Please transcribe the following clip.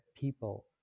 people